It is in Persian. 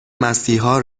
مسیحا